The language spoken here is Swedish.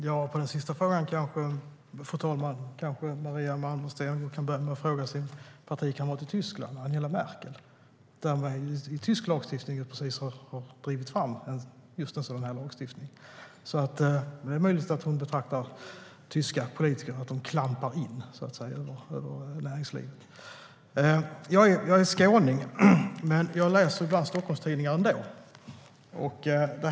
Fru talman! När det gäller den sista frågan kanske Maria Malmer Stenergard kan börja med att fråga sin partikamrat i Tyskland, Angela Merkel. Där har man precis drivit igenom en sådan lagstiftning. Det är möjligt att Maria Malmer Stenergard betraktar det som att tyska politiker klampar in i näringslivet. Jag är skåning, men jag läser ändå Stockholmstidningar ibland.